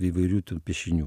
įvairių tų piešinių